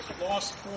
lost